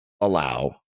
allow